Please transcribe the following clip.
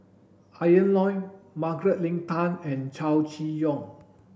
Ian Loy Margaret Leng Tan and Chow Chee Yong